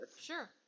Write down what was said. sure